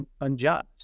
unjust